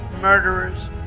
murderers